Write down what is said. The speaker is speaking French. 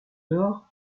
dehors